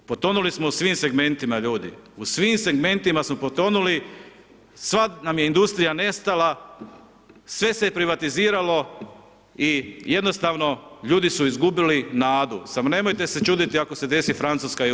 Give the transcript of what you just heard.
Potonuli smo u svim segmentima ljudi, u svim segmentima smo potonuli, sva nam je industrija nestala, sve se je privatiziralo i jednostavno ljudi su izgubili nadu, samo nemojte se čuditi ako se desi Francuska i u RH.